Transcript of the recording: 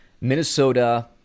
Minnesota